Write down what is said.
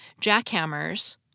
Jackhammer's